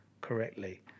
correctly